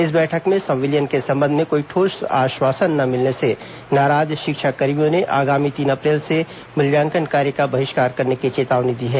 इस बैठक में संविलियन के संबंध में कोई ठोस आश्वासन न मिलने से नाराज शिक्षाकर्मियों ने आगामी तीन अप्रैल से मूल्यांकन कार्य का बहिष्कार करने की चेतावनी दी है